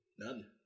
None